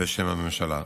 בשם הממשלה: